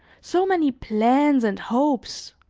so many plans and hopes,